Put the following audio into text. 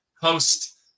host